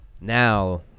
Now